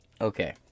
Okay